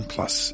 Plus